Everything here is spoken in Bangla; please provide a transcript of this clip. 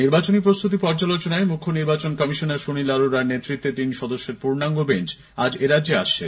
নির্বাচনী প্রস্তুতি পর্যালোচনায় মুখ্য নির্বাচন কমিশনার সুনীল অরোরার নেতৃত্বে তিন সদস্যের পূর্ণাঙ্গ বেঞ্চ আজ এরাজ্যে আসছে